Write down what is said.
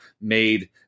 made